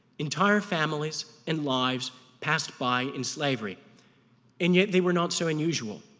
entire families and lives passed by in slavery and yet they were not so unusual.